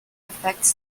affects